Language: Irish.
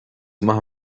maith